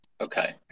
Okay